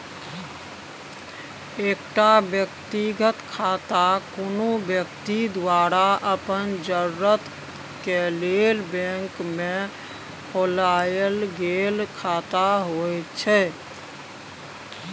एकटा व्यक्तिगत खाता कुनु व्यक्ति द्वारा अपन जरूरत के लेल बैंक में खोलायल गेल खाता होइत छै